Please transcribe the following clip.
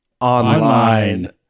online